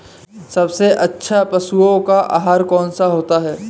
सबसे अच्छा पशुओं का आहार कौन सा होता है?